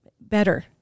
better